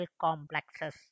complexes